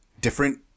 different